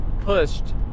pushed